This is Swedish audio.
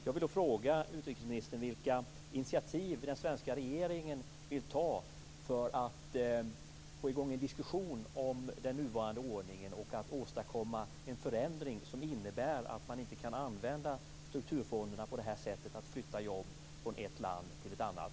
Jag vill fråga utrikesministern vilka initiativ den svenska regeringen vill ta för att få i gång en diskussion om den nuvarande ordningen och för att åstadkomma en förändring som innebär att man inte kan använda strukturfonderna på det här sättet för att flytta jobb från ett land till ett annat.